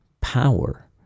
power